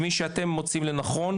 מי שאתם מוצאים לנכון,